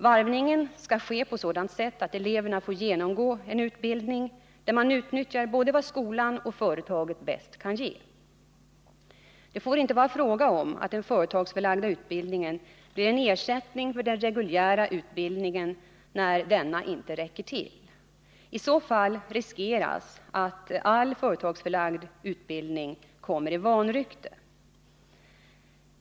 Varvningen skall ske på ett sådant sätt att eleven får genomgå en utbildning, där man utnyttjar vad både skolan och företaget bäst kan ge. Det får inte vara fråga om att den företagsförlagda utbildningen blir en ersättning för den reguljära utbildningen när denna inte räcker till. I så fall riskeras att all företagsförlagd utbildning kommer i vanrykte.